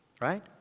Right